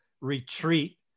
retreat